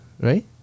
right